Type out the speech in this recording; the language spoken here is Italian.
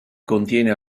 contiene